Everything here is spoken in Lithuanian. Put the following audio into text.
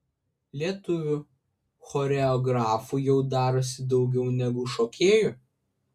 lietuvių choreografų jau darosi daugiau negu šokėjų